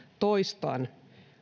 toistan